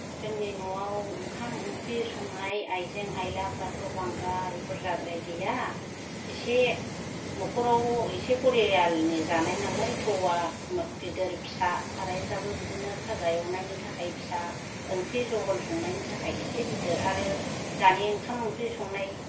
जोंनि न'आव ओंखाम ओंख्रि संनाय आइजें आयलाफोराथ' बांद्राय बुरजाद्राय गैया इसे न'खराव इसे फरियालनि जानाय नालाय थौआ गिदिर फिसा सारायफ्राबो बिदिनो फाजा एवनायनि थाखाय फिसा ओंख्रि जहल संनायनि थाखाय इसे गिदिर आरो दानि ओंखाम ओंख्रि संनाय